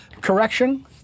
Correction